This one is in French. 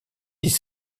dix